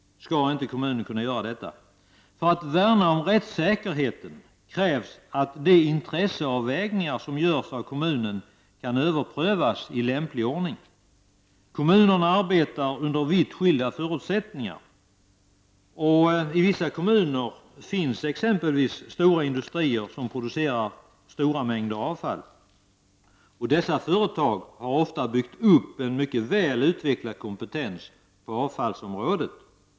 För att värna om rättssäkerheten krävs att de intresseavvägningar som görs av kommunen kan överprövas i lämplig ordning. Kommunerna arbetar under vitt skilda förutsättningar. I vissa kommuner finns exempelvis stora industrier som producerar stora mängder avfall. Dessa företag har ofta byggt upp en väl utvecklad kompetens på avfallsområdet.